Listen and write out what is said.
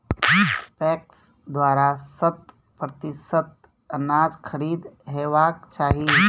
PACS द्वारा शत प्रतिसत अनाज खरीद हेवाक चाही?